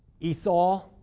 Esau